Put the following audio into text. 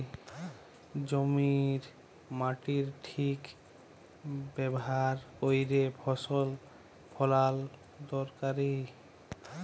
জমির মাটির ঠিক ব্যাভার ক্যইরে ফসল ফলাল দরকারি